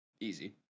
easy